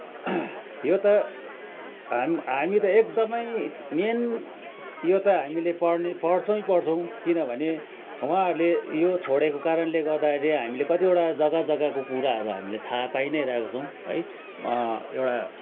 यो त हामी हामी त एकदमै मेन यो त हामीले पढ्ने पढछौँ नै पढ्छौँ किनभने उहाँहरूले यो छोडेको कारणले गर्दाखेरि हामीले कतिवटा जग्गा जग्गाको कुराहरू हामीले थाहा पाई नै रहेको छौँ है एउटा